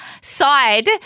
side